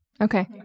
Okay